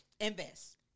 Invest